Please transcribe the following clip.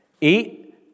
Eat